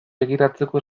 begiratzeko